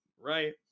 right